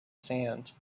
sand